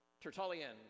Tertullian